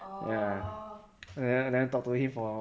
ya then I then I talk to him for